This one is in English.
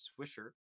Swisher